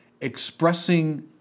expressing